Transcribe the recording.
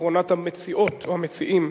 אחרונת המציעות או המציעים